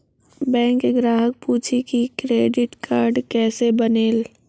Bank ग्राहक पुछी की क्रेडिट कार्ड केसे बनेल?